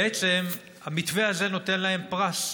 בעצם המתווה הזה נותן להם פרס.